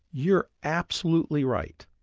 you're absolutely right.